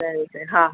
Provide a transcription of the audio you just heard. त हिते